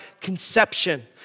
conception